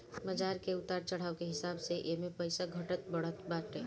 बाजार के उतार चढ़ाव के हिसाब से एमे पईसा घटत बढ़त बाटे